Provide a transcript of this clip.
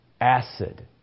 Acid